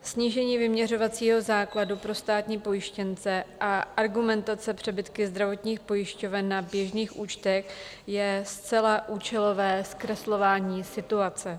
Snížení vyměřovacího základu pro státní pojištěnce a argumentace přebytky zdravotních pojišťoven na běžných účtech je zcela účelové zkreslování situace.